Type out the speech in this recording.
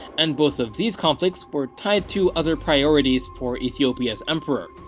and both of these conflicts were tied to other priorities for ethiopia's emperor.